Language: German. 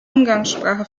umgangssprache